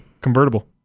Convertible